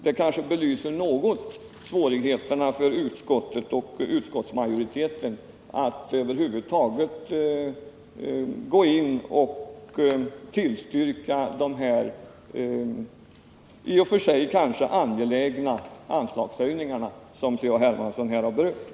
Det kanske belyser något av svårigheterna för utskottsmajoriteten att tillstyrka de i och för sig angelägna anslagshöjningar som C.-H. Hermansson här har berört.